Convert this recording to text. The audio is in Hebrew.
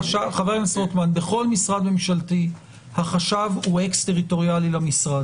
בכל משרד ממשלתי החשב הוא אקס טריטוריאלי למשרד.